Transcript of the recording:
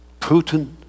Putin